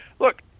Look